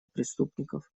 преступников